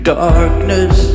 darkness